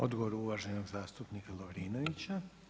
Odgovor uvaženog zastupnika Lovrinovića.